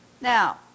Now